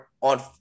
on